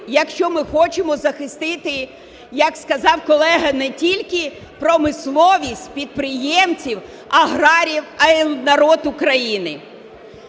якщо ми хочемо захистити, як сказав колега, не тільки промисловість, підприємців, аграріїв, а й народ України.